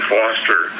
Foster